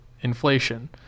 inflation